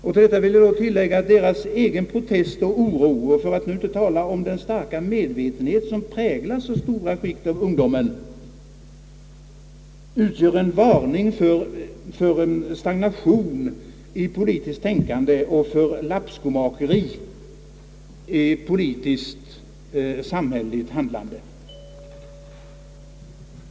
Till detta vill jag tillägga att deras egen protest och oro, för att nu inte tala om den starka medvetenhet som präglar så stora skikt av ungdomen, utgör en varning för stagnation i politiskt tänkande och för lappskomakeri i politiskt samhälleligt handlande.